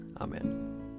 Amen